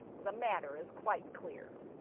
the matter is quite clear.